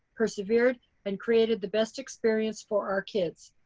persevered and created the best experience for our kids.